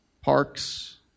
parks